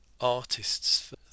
artists